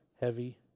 heavy